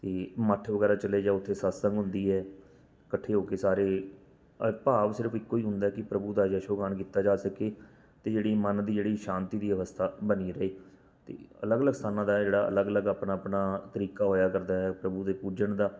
ਅਤੇ ਮੱਠ ਵਗੈਰਾ ਚਲੇ ਜਾਓ ਉੱਥੇ ਸਤਸੰਗ ਹੁੰਦੀ ਹੈ ਇਕੱਠੇ ਹੋ ਕੇ ਸਾਰੇ ਅ ਭਾਵ ਸਿਰਫ਼ ਇੱਕੋ ਹੀ ਹੁੰਦਾ ਕਿ ਪ੍ਰਭੂ ਦਾ ਜਸ਼ੋਗਾਣ ਕੀਤਾ ਜਾ ਸਕੇ ਅਤੇ ਜਿਹੜੀ ਮੰਨ ਦੀ ਜਿਹੜੀ ਸ਼ਾਂਤੀ ਦੀ ਅਵਸਥਾ ਬਣੀ ਰਹੇ ਅਤੇ ਅਲੱਗ ਅਲੱਗ ਸਥਾਨਾਂ ਦਾ ਜਿਹੜਾ ਅਲੱਗ ਅਲੱਗ ਆਪਣਾ ਆਪਣਾ ਤਰੀਕਾ ਹੋਇਆ ਕਰਦਾ ਹੈ ਪ੍ਰਭੂ ਦੇ ਪੂਜਣ ਦਾ